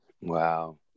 Wow